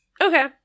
Okay